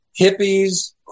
hippies